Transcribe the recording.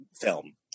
film